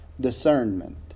discernment